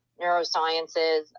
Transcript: neurosciences